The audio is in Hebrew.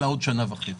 אלא בעוד שנה וחצי.